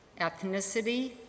ethnicity